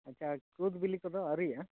ᱟᱪᱪᱷᱟ ᱠᱩᱫ ᱵᱤᱞᱤ ᱠᱚᱫᱚ ᱟᱹᱣᱨᱤᱭᱟᱜᱼᱟ